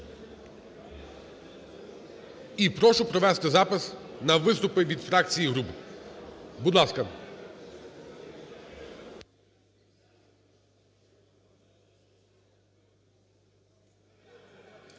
І прошу провести запис на виступи від фракцій і груп. Будь ласка.